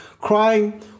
crying